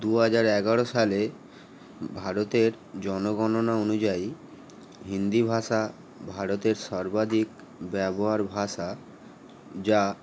দু হাজার এগারো সালে ভারতের জনগণনা অনুযায়ী হিন্দি ভাষা ভারতের সর্বাধিক ব্যবহার ভাষা যা